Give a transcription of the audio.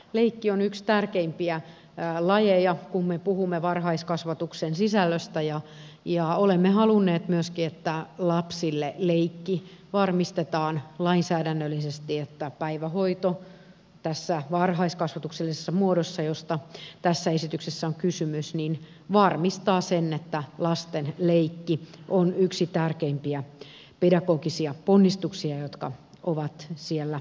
leikki on yksi tärkeimpiä lajeja kun me puhumme varhaiskasvatuksen sisällöstä ja olemme halunneet myöskin että lapsille leikki varmistetaan lainsäädännöllisesti ja että päivähoito tässä varhaiskasvatuksellisessa muodossa josta tässä esityksessä on kysymys varmistaa sen että lasten leikki on yksi tärkeimpiä pedagogisia ponnistuksia jotka ovat siellä arkea